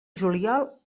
juliol